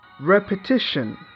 repetition